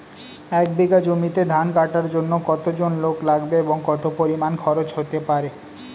এক বিঘা জমিতে ধান কাটার জন্য কতজন লোক লাগবে এবং কত পরিমান খরচ হতে পারে?